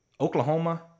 Oklahoma